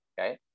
Okay